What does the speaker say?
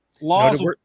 Laws